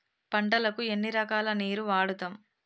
పంటలకు ఎన్ని రకాల నీరు వాడుతం?